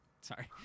sorry